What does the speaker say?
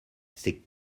c’est